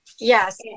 yes